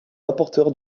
rapporteur